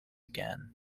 again